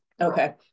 Okay